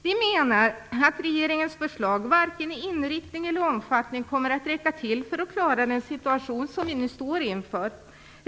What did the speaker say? Vi menar att regeringens förslag i varken inriktning eller omfattning kommer att räcka till för att klara den situation som vi nu står inför.